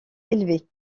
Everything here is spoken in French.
élevée